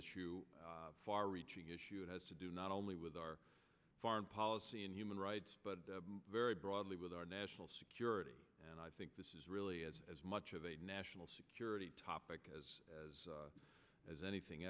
issue far reaching issue it has to do not only with our foreign policy and human rights but very broadly with our national security and i think this is really as as much of a national security topic as as anything